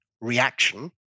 reaction